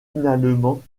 finalement